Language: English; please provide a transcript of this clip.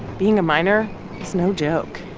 being a miner is no joke